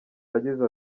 yagize